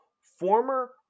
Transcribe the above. Former